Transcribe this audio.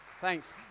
Thanks